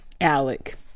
Alec